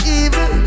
evil